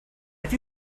have